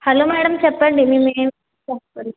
hello madam చెప్పండి మేము ఏవిధంగా సహాయపడగలము